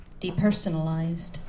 depersonalized